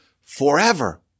forever